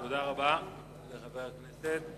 תודה רבה לחבר הכנסת.